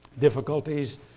difficulties